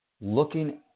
looking